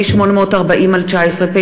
פ/840/19,